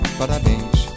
parabéns